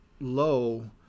low